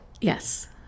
Yes